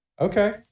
Okay